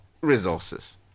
resources